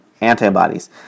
antibodies